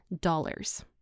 dollars